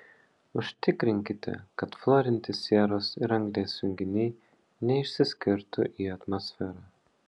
užtikrinkite kad fluorinti sieros ir anglies junginiai neišsiskirtų į atmosferą